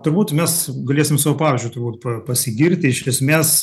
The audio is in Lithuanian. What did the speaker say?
turbūt mes galėsim savo pavyzdžiu turbūt pasigirti iš esmės